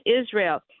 Israel